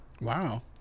Wow